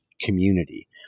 community